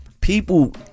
people